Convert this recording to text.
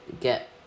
get